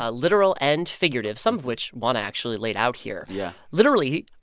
ah literal and figurative some of which one, actually laid out here yeah literally,